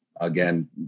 again